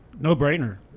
No-brainer